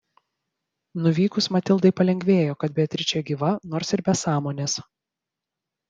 nuvykus matildai palengvėjo kad beatričė gyva nors ir be sąmonės